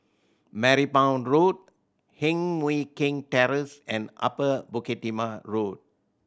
Marymount Road Heng Mui Keng Terrace and Upper Bukit Timah Road